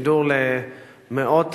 בשידור למאות